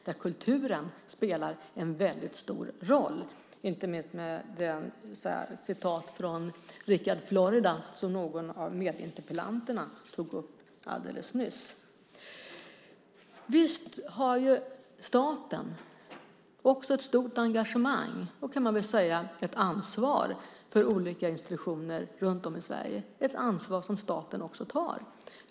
Där spelar kulturen en väldigt stor roll, inte minst när det gäller citatet från Richard Florida som någon av meddebattörerna tog upp alldeles nyss. Visst har staten också ett stort engagemang och, kan man väl säga, ett ansvar för olika institutioner runt om i Sverige. Det är ett ansvar som staten också tar.